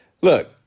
look